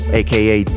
aka